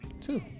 Two